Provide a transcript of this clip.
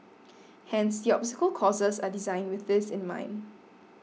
hence the obstacle courses are designed with this in mind